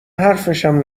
حرفشم